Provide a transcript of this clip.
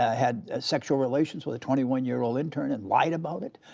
ah had sexual relations with a twenty one year old intern and lied about it.